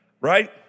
Right